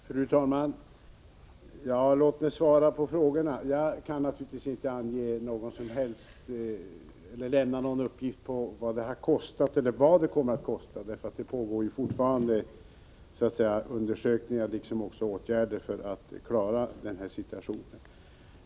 Fru talman! Låt mig svara på frågorna. Jag kan naturligtvis inte lämna någon uppgift om vad detta kommer att kosta. Undersökningar pågår ju fortfarande, liksom arbeten för att klara den uppkomna situationen.